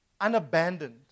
unabandoned